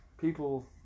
people